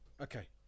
Okay